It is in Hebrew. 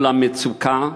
מול המצוקה,